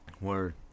Word